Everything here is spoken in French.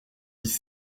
dix